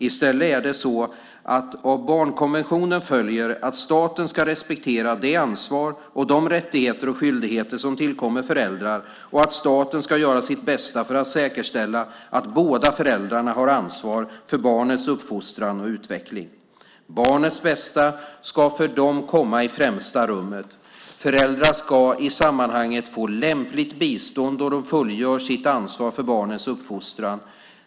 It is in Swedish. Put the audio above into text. I stället är det så att av barnkonventionen följer att staten ska respektera det ansvar och de rättigheter och skyldigheter som tillkommer föräldrar och att staten ska göra sitt bästa för att säkerställa att båda föräldrarna har ansvar för barnets uppfostran och utveckling. Barnets bästa ska för dem komma i främsta rummet. Föräldrar ska i sammanhanget få lämpligt bistånd då de fullgör sitt ansvar för barnets uppfostran.